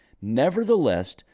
Nevertheless